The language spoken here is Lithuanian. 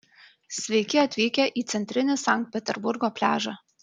sveiki atvykę į centrinį sankt peterburgo pliažą